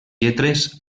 lletres